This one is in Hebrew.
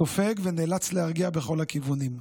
סופג ונאלץ להרגיע בכל הכיוונים.